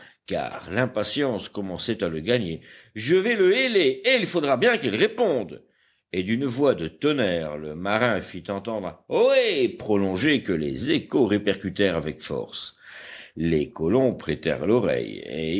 car l'impatience commençait à le gagner je vais le héler et il faudra bien qu'il réponde et d'une voix de tonnerre le marin fit entendre un ohé prolongé que les échos répercutèrent avec force les colons prêtèrent l'oreille